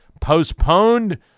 postponed